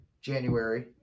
January